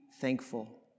thankful